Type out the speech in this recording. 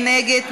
מי נגד?